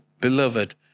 beloved